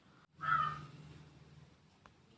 ఏ loan కి అతి తక్కువ వడ్డీ పడుతుంది?